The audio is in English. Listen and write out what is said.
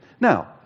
Now